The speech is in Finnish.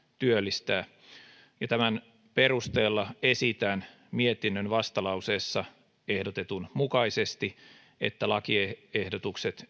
työllistää tämän perusteella esitän mietinnön vastalauseessa ehdotetun mukaisesti että lakiehdotukset